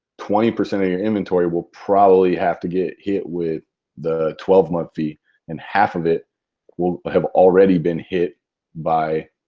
twenty percent of your inventory will probably have to get hit with the twelve month fee and half of it will have already been hit by